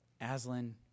Aslan